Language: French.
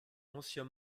ancien